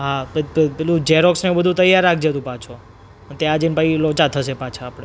હા પછી તો પેલું ઝેરોક્સ ને એવું બધું તૈયાર રાખજે તું પાછો ત્યાં જઈને પછી લોચા થશે પાછા આપણે